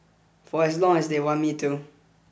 for as long as they want me to